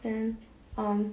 then um